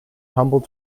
humble